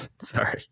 sorry